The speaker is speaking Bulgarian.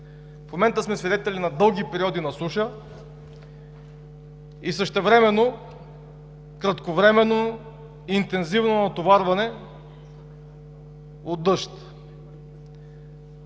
В момента сме свидетели на дълги периоди на суша и същевременно кратковременно, интензивно натоварване от дъжд.